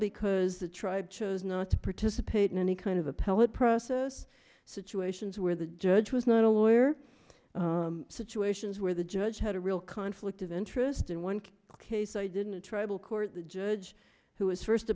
because the tribe chose not to participate in any kind of appellate process situations where the judge was not a lawyer situations where the judge had a real conflict of interest in one case i didn't a tribal court the judge who was first